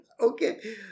Okay